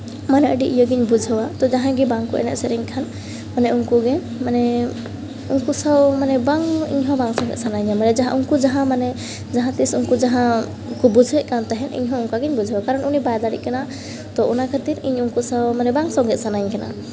ᱢᱟᱱᱮ ᱟᱹᱰᱤ ᱤᱭᱟᱹᱜᱤᱧ ᱵᱩᱡᱷᱟᱹᱣᱟ ᱛᱳ ᱡᱟᱦᱟᱸᱭ ᱜᱮ ᱵᱟᱝᱠᱚ ᱮᱱᱮᱡ ᱥᱮᱨᱮᱧ ᱠᱷᱟᱱ ᱢᱟᱱᱮ ᱩᱱᱠᱩ ᱜᱮ ᱢᱟᱱᱮ ᱩᱱᱠᱩ ᱥᱟᱶ ᱢᱟᱱᱮ ᱵᱟᱝ ᱤᱧᱦᱚᱸ ᱵᱟᱝ ᱥᱮᱱᱚᱜ ᱥᱟᱱᱟᱧ ᱠᱟᱱᱟ ᱩᱱᱠᱩ ᱡᱟᱦᱟᱸ ᱢᱟᱱᱮ ᱡᱟᱦᱟᱸᱛᱤᱥ ᱩᱱᱠᱩ ᱡᱟᱦᱟᱸ ᱠᱚ ᱵᱩᱡᱷᱟᱹᱣᱮᱫ ᱠᱟᱱ ᱛᱟᱦᱮᱸᱫ ᱤᱧᱦᱚᱸ ᱚᱱᱠᱟᱜᱤᱧ ᱵᱩᱡᱷᱟᱹᱣᱟ ᱠᱟᱨᱚᱱ ᱩᱱᱤ ᱵᱟᱭ ᱫᱟᱲᱮᱜ ᱠᱟᱱᱟ ᱛᱳ ᱚᱱᱟ ᱠᱷᱟᱹᱛᱤᱨ ᱤᱧ ᱩᱱᱠᱩ ᱥᱟᱶ ᱢᱟᱱᱮ ᱵᱟᱝ ᱥᱚᱸᱜᱮᱜ ᱥᱟᱱᱟᱧ ᱠᱟᱱᱟ